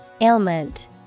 ailment